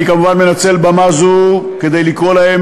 אני כמובן מנצל במה זו כדי לקרוא להם